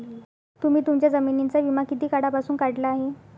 तुम्ही तुमच्या जमिनींचा विमा किती काळापासून काढला आहे?